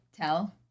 tell